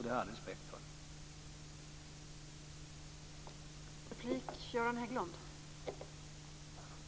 Det har jag all respekt för.